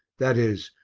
that is,